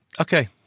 okay